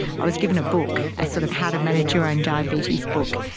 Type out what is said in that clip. i was given a book, a sort of how to manage your own diabetes book,